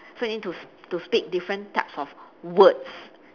so you need to to speak different types of words